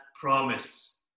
promise